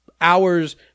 hours